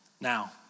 Now